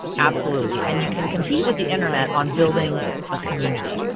absolutely. and you can compete with the internet on building a community.